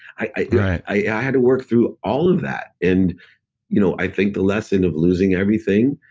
i had to work through all of that and you know i think the lesson of losing everything,